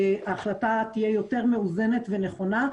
ההחלטה תהיה יותר מאוזנת ונכונה.